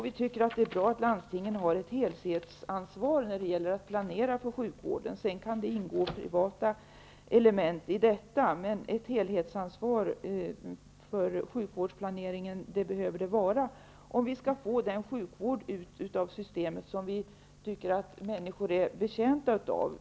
Vi tycker att det är bra att landstingen har ett helhetsansvar när det gäller att planera för sjukvården. Sedan kan det ingå privata element i detta. Det behövs ett helhetsansvar för sjukvårdsplaneringen om vi skall få ut den sjukvård av systemet som vi tycker att människor är betjänta av.